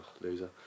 loser